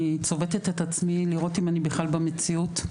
צובטת את עצמי לראות אם אני בכלל במציאות.